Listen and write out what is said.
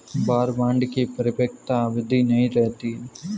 war bond की परिपक्वता अवधि नहीं रहती है